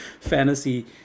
fantasy